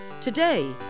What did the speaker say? Today